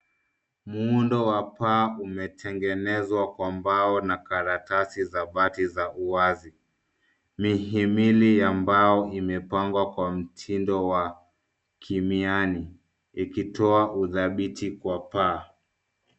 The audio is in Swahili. Muundo wa paa umetengenzwa kwa mbao na karatasi za bati za uwazi. Mihimili ya mbao imepangwa kwa mtindo wa kimiani ikitoa udhabiti kwa paa.